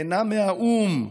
אינם מהאו"ם.